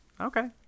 Okay